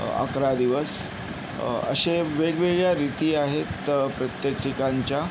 अकरा दिवस अशे वेगवेगळ्या रीती आहेत तर प्रत्येक ठिकाणच्या